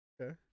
Okay